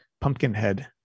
Pumpkinhead